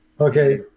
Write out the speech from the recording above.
Okay